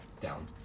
down